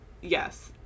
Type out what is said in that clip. yes